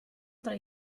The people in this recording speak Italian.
tra